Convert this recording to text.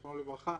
זיכרונו לברכה,